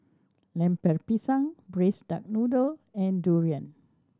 Lemper Pisang Braised Duck Noodle and durian